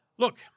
Look